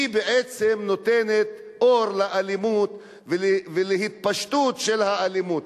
היא בעצם נותנת אור ירוק לאלימות ולהתפשטות של האלימות.